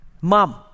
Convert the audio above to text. mom